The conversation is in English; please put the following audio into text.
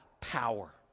power